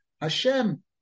Hashem